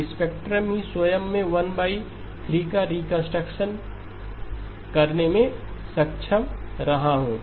तो स्पेक्ट्रम ही स्वयं मैं 13 का रिकंस्ट्रक्शन करने में सक्षम रहा हूं